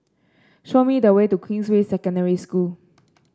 show me the way to Queensway Secondary School